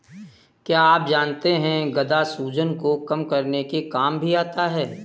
क्या आप जानते है गदा सूजन को कम करने के काम भी आता है?